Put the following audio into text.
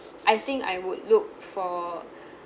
I think I would look for